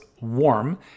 warm